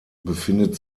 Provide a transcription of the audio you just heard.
befindet